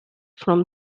from